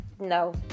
no